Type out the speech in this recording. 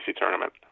tournament